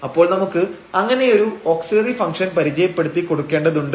അപ്പോൾ നമുക്ക് അങ്ങനെയൊരു ഓക്സില്ലറി ഫംഗ്ഷൻ പരിചയപ്പെടുത്തി കൊടുക്കേണ്ടതുണ്ട്